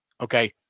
okay